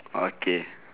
okay